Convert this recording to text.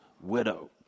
widow